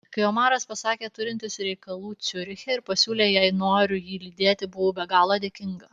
kai omaras pasakė turintis reikalų ciuriche ir pasiūlė jei noriu jį lydėti buvau be galo dėkinga